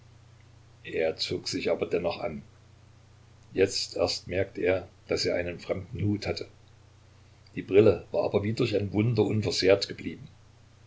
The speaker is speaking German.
er zog sich aber dennoch an jetzt erst merkte er daß er einen fremden hut hatte die brille war aber wie durch ein wunder unversehrt geblieben